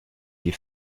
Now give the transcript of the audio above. die